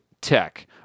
tech